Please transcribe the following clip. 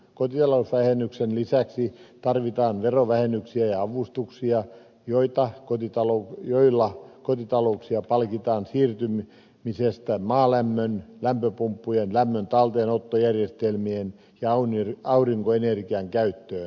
kotitalousvähennyksen lisäksi tarvitaan verovähennyksiä ja avustuksia joilla kotitalouksia palkitaan siirtymisestä maalämmön lämpöpumppujen lämmön talteenottojärjestelmien ja aurinkoenergian käyttöön